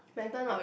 better not